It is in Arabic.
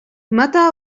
متى